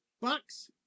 bucks